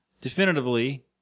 definitively